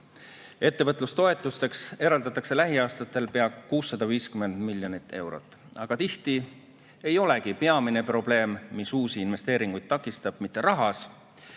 Ettevõtlustoetusteks eraldatakse lähiaastatel pea 650 miljonit eurot. Aga tihti ei olegi peamine probleem, mis uusi investeeringuid takistab, mitte vähene